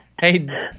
Hey